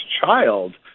child